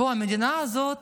בואו, המדינה הזאת